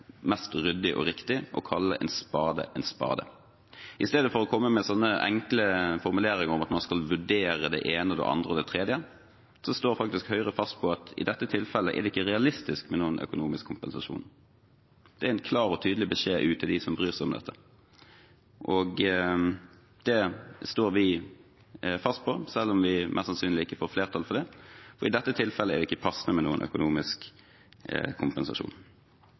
mest ryddig og riktig å kalle en spade for en spade. I stedet for å komme med enkle formuleringer om at man skal vurdere det ene, det andre og det tredje, står faktisk Høyre fast på at i dette tilfellet er det ikke realistisk med noen økonomisk kompensasjon. Det er en klar og tydelig beskjed ut til dem som bryr seg om dette. Og det står vi fast på, selv om vi mest sannsynlig ikke får flertall for det, for i dette tilfellet er det ikke passende med noen økonomisk kompensasjon.